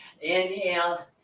Inhale